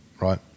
right